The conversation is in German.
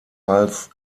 als